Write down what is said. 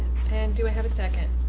and do i have a second?